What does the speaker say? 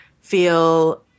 feel